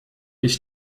ich